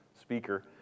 speaker